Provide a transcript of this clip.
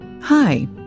Hi